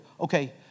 Okay